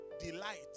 delight